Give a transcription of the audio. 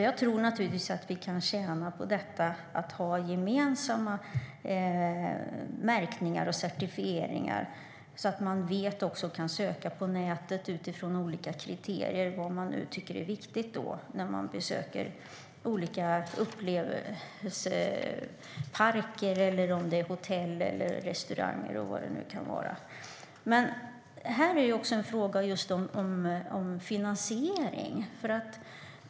Jag tror naturligtvis att vi kan tjäna på att ha gemensamma märkningar och certifieringar, så att människor kan söka på nätet utifrån olika kriterier som de tycker är viktiga när de besöker olika upplevelseparker, hotell, restauranger och så vidare. Men detta är också en fråga om finansiering.